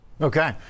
Okay